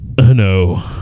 No